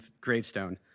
gravestone